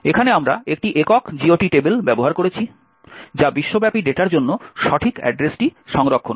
এখানে আমরা একটি একক GOT টেবিল ব্যবহার করছি যা বিশ্বব্যাপী ডেটার জন্য সঠিক অ্যাড্রেসটি সংরক্ষণ করে